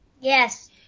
Yes